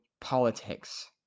politics